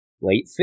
late